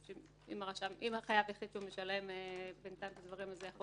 אם החייב החליט שהוא משלם --- זה יכול